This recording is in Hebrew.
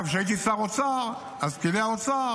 אגב, כשהייתי שר אוצר, אמרתי לפקידי האוצר,